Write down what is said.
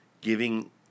giving